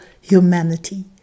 humanity